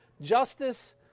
justice